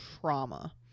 trauma